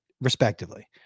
respectively